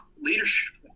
leadership